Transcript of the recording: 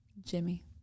Jimmy